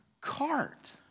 cart